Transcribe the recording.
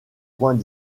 points